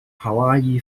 hawaii